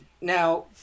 Now